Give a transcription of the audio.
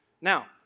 Now